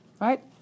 Right